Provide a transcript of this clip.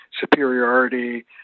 superiority